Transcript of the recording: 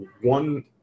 one